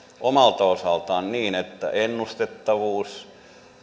omalta osaltaan niin että ennustettavuus